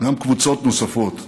וגם קבוצות נוספות.